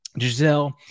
Giselle